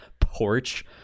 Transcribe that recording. porch